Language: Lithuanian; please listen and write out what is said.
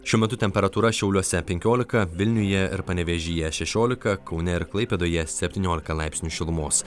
šiuo metu temperatūra šiauliuose penkiolika vilniuje ir panevėžyje šešiolika kaune ir klaipėdoje septyniolika laipsnių šilumos